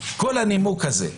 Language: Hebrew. כל הנימוק הזה.